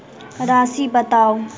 राशि बताउ